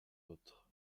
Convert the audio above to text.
autre